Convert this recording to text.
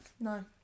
No